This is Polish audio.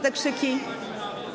te krzyki?